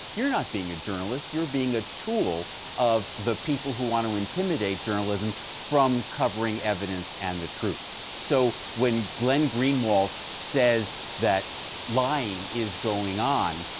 you're not being a journalist. you're being a tool of the who want to intimidate journalism from covering evidence and the truth. so when glenn greenwald says that lying is going on,